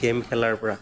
game খেলাৰ পৰা